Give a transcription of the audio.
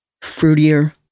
fruitier